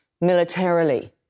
militarily